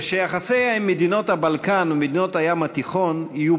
ושיחסי מדינות הבלקן ומדינות הים התיכון יהיו